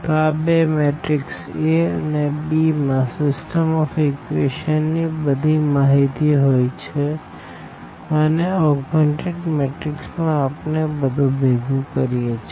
તો આ બે મેટ્રીક્સ A અને b માં સીસ્ટમ ઓફ ઇક્વેશનની બધી માહિતી હોઈ છે અને ઓગ્મેનટેડ મેટ્રીક્સ માં આપણે બધું ભેગું કરીએ છે